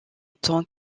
tant